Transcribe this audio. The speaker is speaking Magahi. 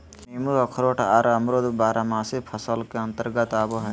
नींबू अखरोट आर अमरूद बारहमासी फसल के अंतर्गत आवय हय